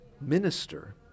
minister